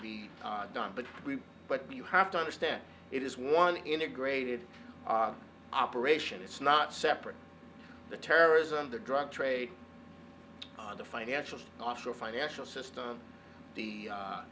be done but we but you have to understand it is one integrated operation it's not separate the terrorism the drug trade and the financial offshore financial system the